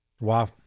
Wow